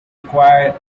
require